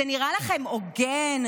זה נראה לכם הוגן?